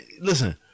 Listen